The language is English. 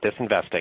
disinvesting